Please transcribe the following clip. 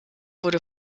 wurde